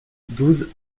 douze